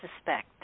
suspect